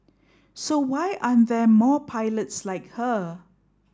so why aren't there more pilots like her